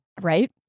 right